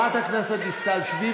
אוי,